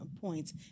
points